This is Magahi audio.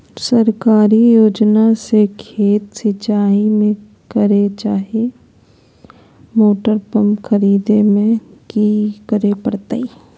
सरकारी योजना से खेत में सिंचाई करे खातिर मोटर पंप खरीदे में की करे परतय?